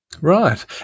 Right